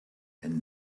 and